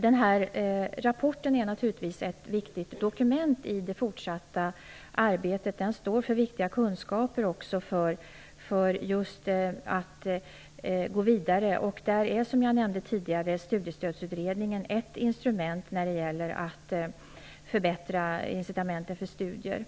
Den här rapporten är naturligtvis ett viktigt dokument i det fortsatta arbetet. Den står också för viktiga kunskaper just för att gå vidare. Där är, som jag nämnde tidigare, Studiestödsutredningen ett instrument när det gäller att förbättra incitamenten för studier.